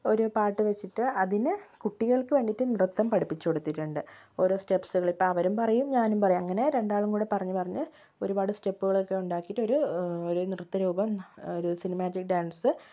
ഒരു പാട്ട് വെച്ചിട്ട് അതിനു കുട്ടികൾക്ക് വേണ്ടിയിട്ട് നൃത്തം പഠിപ്പിച്ചു കൊടുത്തിട്ടുണ്ട് ഓരോ സ്റ്റെപ്സുകള് ഇപ്പോൾ അവരും പറയും ഞാനും പറയും അങ്ങനെ രണ്ടാളും കൂടെ പറഞ്ഞു പറഞ്ഞു ഒരുപാട് സ്റ്റെപ്പുകളൊക്കെ ഉണ്ടാക്കിയിട്ട് ഒരു ഒരു നൃത്തരൂപം ഒരു സിനിമാറ്റിക് ഡാൻസ്